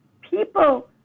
people